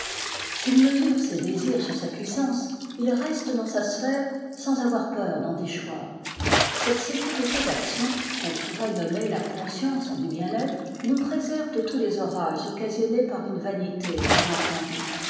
s'il mesure ses désirs sur sa puissance il reste dans sa sphère sans avoir peur d en déchoir cette sécurité d'action qu'on pourrait nommer la conscience du bien-être nous préserve de tous les orages occasionnés par une vanité mal entendue